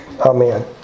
Amen